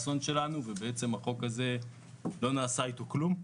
למעשה לא נעשה דבר עם החוק הזה.